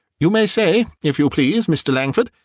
you may say, if you please, mr. langford,